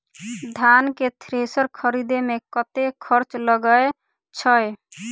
धान केँ थ्रेसर खरीदे मे कतेक खर्च लगय छैय?